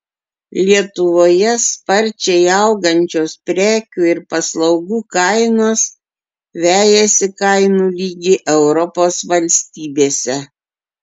lietuvoje sparčiai augančios prekių ir paslaugų kainos vejasi kainų lygį europos valstybėse